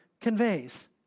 conveys